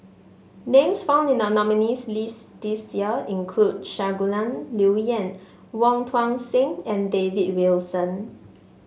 names found in the nominees' list this year include Shangguan Liuyun Wong Tuang Seng and David Wilson